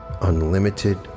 unlimited